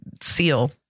seal